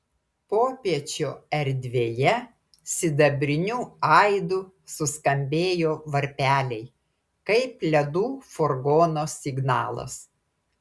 popiečio erdvėje sidabriniu aidu suskambėjo varpeliai kaip ledų furgono signalas